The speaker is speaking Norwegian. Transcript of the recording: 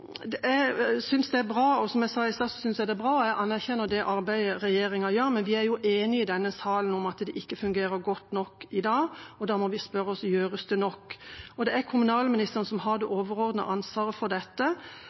Som jeg sa i stad, synes jeg det arbeidet regjeringa gjør, er bra, og jeg anerkjenner det, men vi er jo enige i denne salen om at det ikke fungerer godt nok i dag, og da må vi spørre oss om det gjøres nok. Det er kommunalministeren som har det overordnede ansvaret for dette,